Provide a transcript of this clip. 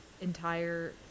entire